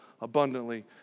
abundantly